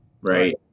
Right